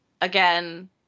again